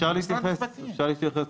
אפשר להתייחס?